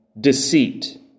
deceit